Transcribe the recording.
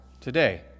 today